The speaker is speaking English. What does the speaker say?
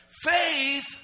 Faith